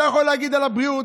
אתה יכול להגיד על הבריאות,